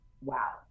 wow